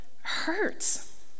hurts